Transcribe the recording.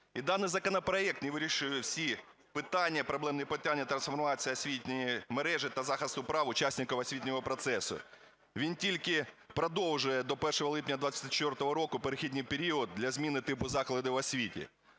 І даний законопроект не вирішує всі питання, проблемні питання трансформації освітньої мережі та захисту прав учасників освітнього процесу, він тільки продовжує до 1 липня 2024 року в перехідний період для зміни типу закладів освіти.